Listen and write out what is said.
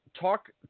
talk